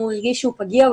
הוא הרגיש שהוא פגיע,